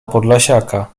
podlasiaka